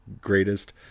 greatest